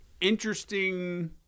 interesting